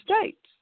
States